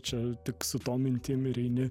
čia tik su tom mintim ir eini